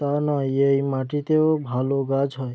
তা নয় এই মাটিতেও ভালো গাছ হয়